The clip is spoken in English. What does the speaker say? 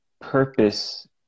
purpose